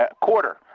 quarter